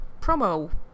promo